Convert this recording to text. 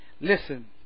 Listen